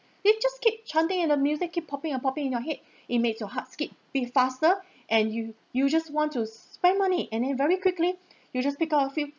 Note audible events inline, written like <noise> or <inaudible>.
you just keep chanting and the music keep popping and popping in your head it makes your heart skip beat faster <breath> and you you just want to spend money and then very quickly <breath> you just pick out a few